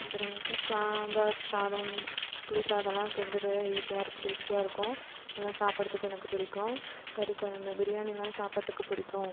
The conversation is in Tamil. அப்புறம் வந்து சாம்பார் சாதம் புளி சாதமெலாம் கிண்டுறது ஈசியாக இருக்குது டேஸ்ட்டியாக இருக்கும் அதெல்லாம் சாப்பிடுறதுக்கு எனக்கு பிடிக்கும் கறிக் குழம்பு பிரியாணியெலாம் சாப்பாட்டுக்கு பிடிக்கும்